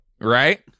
Right